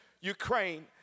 Ukraine